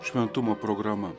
šventumo programa